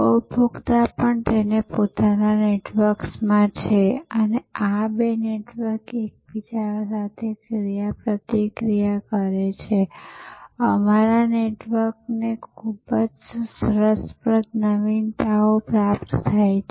ઉપભોક્તા પણ તેમના પોતાના નેટવર્કમાં છે અને આ બે નેટવર્ક્સ એકબીજા સાથે ક્રિયાપ્રતિક્રિયા કરે છે અમારા નેટવર્ક્સ અને ખૂબ જ રસપ્રદ નવીનતાઓ પ્રાપ્ત થાય છે